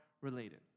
related